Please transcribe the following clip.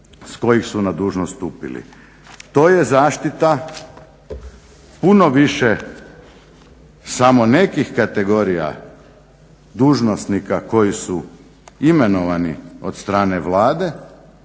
s kojih su na dužnost stupili. To je zaštita puno više samo nekih kategorija dužnosnika koji su imenovani od strane Vlade,